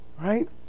right